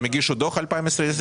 הם הגישו דוח ל-2022?